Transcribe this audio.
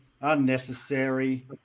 unnecessary